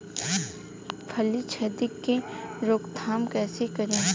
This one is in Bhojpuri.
फली छिद्रक के रोकथाम कईसे करी?